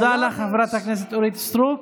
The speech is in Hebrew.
תודה לחברת הכנסת אורית סטרוק.